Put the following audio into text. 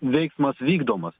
veiksmas vykdomas